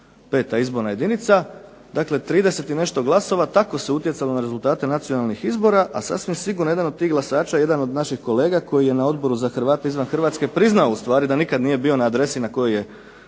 peta izborna jedinica. Dakle, 30 i nešto glasova. Tako se utjecalo na rezultate nacionalnih izbora, a sasvim sigurno jedan od tih glasača je jedan od naših kolega koji je na Odboru za Hrvate izvan Hrvatske priznao u stvari da nikad nije bio na adresi na kojoj je